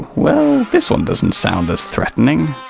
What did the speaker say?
well, this one doesn't sound as threatening.